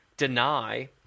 deny